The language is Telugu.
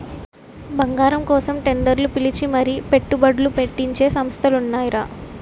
బంగారం కోసం టెండర్లు పిలిచి మరీ పెట్టుబడ్లు పెట్టించే సంస్థలు ఉన్నాయిరా